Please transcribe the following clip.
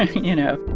and you know?